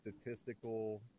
statistical